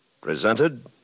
Presented